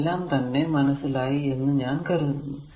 ഇതെല്ലാം തന്നെ മനസ്സിലായി എന്ന് ഞാൻ കരുതുന്നു